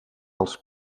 als